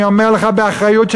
אני אומר לך באחריות,